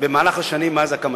במהלך השנים מאז הקמתה.